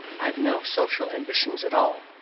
i have no social ambitions at all.